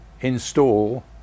install